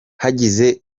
hagize